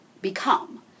become